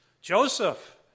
Joseph